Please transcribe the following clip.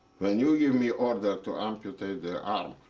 when you give me order to amputate the arm,